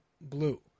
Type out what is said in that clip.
blue